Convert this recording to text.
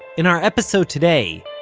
in our episode today,